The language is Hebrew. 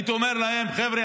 הייתי אומר להם: חבר'ה,